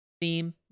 theme